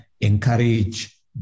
encourage